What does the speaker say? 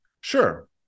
Sure